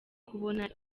kubona